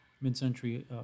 mid-century